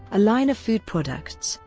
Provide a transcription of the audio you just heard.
a line of food products,